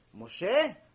Moshe